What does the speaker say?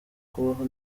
kubaho